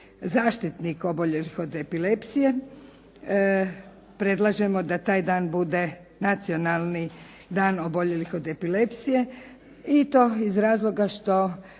zaštitnik oboljelih od epilepsije predlažemo da taj dan bude Nacionalni dan oboljelih od epilepsije i to iz razloga što